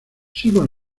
sigo